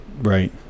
Right